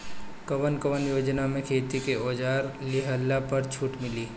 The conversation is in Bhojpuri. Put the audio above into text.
कवन कवन योजना मै खेती के औजार लिहले पर छुट मिली?